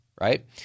right